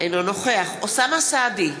אינו נוכח אוסאמה סעדי,